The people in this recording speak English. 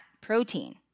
protein